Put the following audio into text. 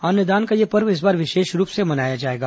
अन्नदान का यह पर्व इस बार विशेष रूप से मनाया जाएगा